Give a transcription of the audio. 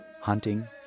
hunting